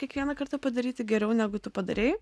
kiekvieną kartą padaryti geriau negu tu padarei